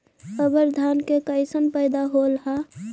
अबर धान के कैसन पैदा होल हा?